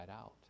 out